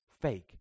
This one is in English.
fake